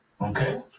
Okay